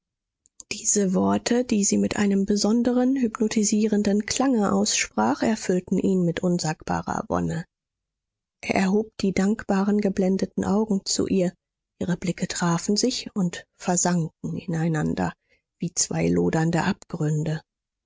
diese worte die sie mit einem besonderen hypnotisierenden klange aussprach erfüllten ihn mit unsagbarer wonne er erhob die dankbaren geblendeten augen zu ihr ihre blicke trafen sich und versanken ineinander wie zwei lodernde abgründe